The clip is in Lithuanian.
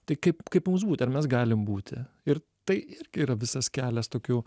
tai kaip kaip mums būti ar mes galim būti ir tai irgi yra visas kelias tokių